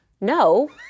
No